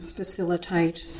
facilitate